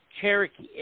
Cherokee